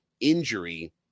injury